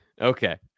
Okay